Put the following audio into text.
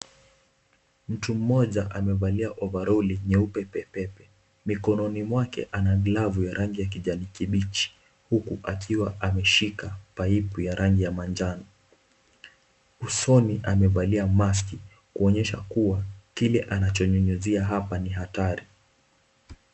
Mtu mmoja amevalia overall nyeupe pepepe. Mikononi mwake ana glavu ya rangi ya kijani kibichi huku akiwa ameshika paipu ya rangi ya manjano. Usoni, amevalia mask kuonyesha kuwa kile anachonyunyuzia hapa ni hatari.